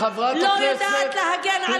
חברת הכנסת תומא סלימאן.